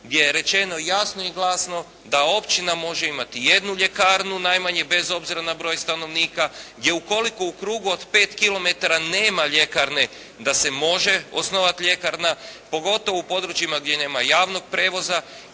gdje je rečeno jasno i glasno da općina može imati jednu ljekarnu, najmanje bez obzira na broj stanovnika, gdje ukoliko u krugu od 5 km nema ljekarne da se može osnovati ljekarna pogotovo u područjima gdje nema javnog prijevoza